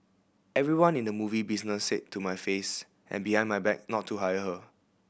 everyone in the movie business said to my face and behind my back not to hire her